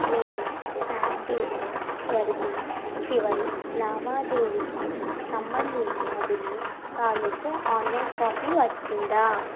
నేను స్నాప్డీల్తో జరిపిన చివరి లావాదేవీకి సంబంధించిన బిల్లు తాలూకు ఆన్లైన్ కాపీ వచ్చిందా